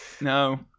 No